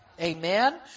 Amen